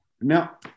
Now